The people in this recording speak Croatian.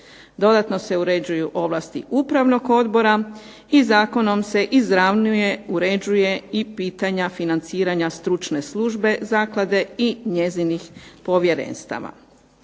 Dodatno se uređuju ovlasti upravnog odbora i zakonom se izravnjuje, uređuju i pitanja financiranja stručne službe zaklade i njezinih povjerenstava.